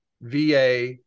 VA